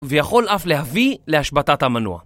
ויכול אף להביא להשבתת המנוע.